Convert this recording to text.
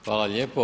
Hvala lijepo.